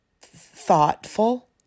thoughtful